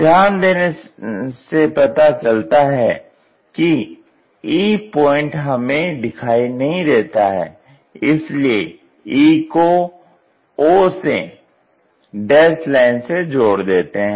ध्यान देने से पता चलता हैं कि e पॉइंट हमें दिखाई नहीं देता है इसलिए e को o से डैस्ड लाइन से जोड़ देते हैं